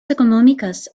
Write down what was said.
económicas